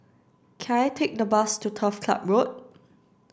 can I take a bus to Turf Ciub Road